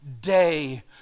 day